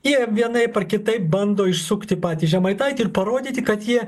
jie vienaip ar kitaip bando išsukti patį žemaitaitį ir parodyti kad jie